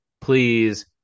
please